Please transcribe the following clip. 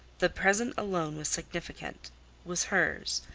the present alone was significant was hers,